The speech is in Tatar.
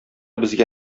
безгә